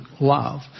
love